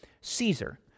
Caesar